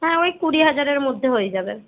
হ্যাঁ ওই কুড়ি হাজারের মধ্যে হয়ে যাবে